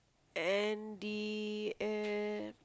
and the uh